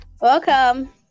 welcome